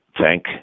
thank